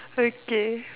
okay